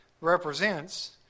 represents